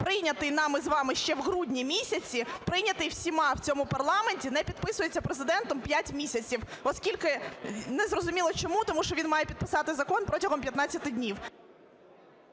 прийнятий нами з вами ще в грудні місяці, прийнятий всіма в цьому парламенті, не підписується Президентом 5 місяців, скільки… не зрозуміло чому, тому що він має підписати закон протягом 15 днів.